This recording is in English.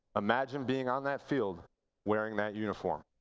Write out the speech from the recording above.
imagine being on that field wearing that uniform.